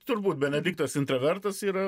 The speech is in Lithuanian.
turbūt benediktas intravertas yra